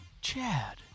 Chad